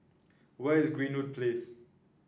where is Greenwood Place